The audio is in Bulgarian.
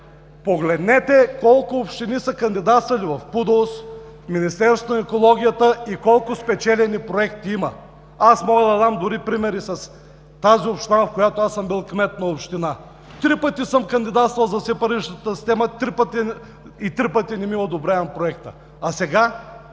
Погледнете колко общини са кандидатствали в ПУДООС, в Министерството на екологията и колко спечелени проекти има. Мога да дам дори примери с общината, на която съм бил кмет. Три пъти съм кандидатствал за сепарираща система, и трите пъти не ми е одобряван проектът. Сега